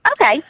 Okay